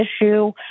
issue